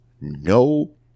no